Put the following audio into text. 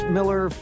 Miller